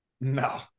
no